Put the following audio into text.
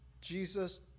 Jesus